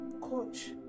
coach